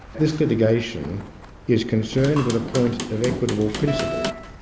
this litigation is concerned with a point of equitable principle,